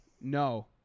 No